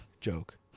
Joke